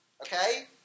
Okay